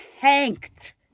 tanked